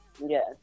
Yes